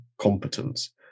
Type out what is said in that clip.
competence